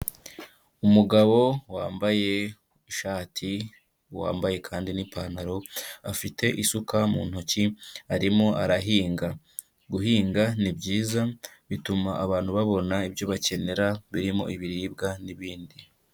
Umugabo wambaye ishati, wambaye kandi n'ipantaro afite isuka mu ntoki arimo arahinga, guhinga ni byiza, bituma abantu babona ibyo bakenera birimo ibiribwa n'ibindi.